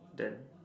that